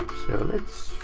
so let's